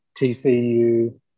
TCU